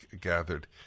gathered